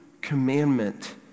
commandment